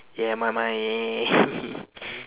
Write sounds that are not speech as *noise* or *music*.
yeah my mind *laughs*